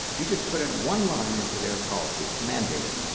you just put in one line into their policies, mandate it,